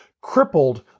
crippled